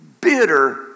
bitter